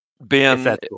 Ben